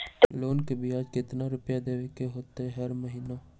Loan के ब्याज कितना रुपैया देबे के होतइ हर महिना?